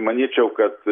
manyčiau kad